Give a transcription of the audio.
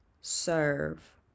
serve